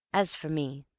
as for me,